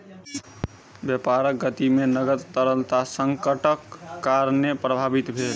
व्यापारक गति में नकद तरलता संकटक कारणेँ प्रभावित भेल